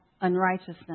unrighteousness